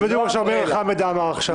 זה בדיוק שאומר חמד עמאר עכשיו.